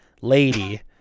lady